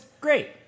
Great